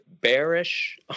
bearish